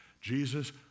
Jesus